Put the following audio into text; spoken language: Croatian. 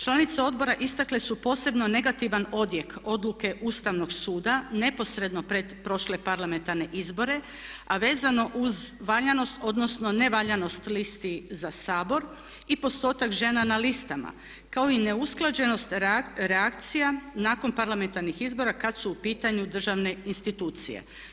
Članice odbora istakle su posebno negativan odjek odluke Ustavnog suda neposredno pred prošle parlamentarne izbore a vezano uz valjanost odnosno nevaljanost listi za Sabor i postotak žena na listama kao i neusklađenost reakcija nakon parlamentarnih izbora kad su u pitanju državne institucije.